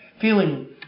feeling